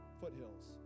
foothills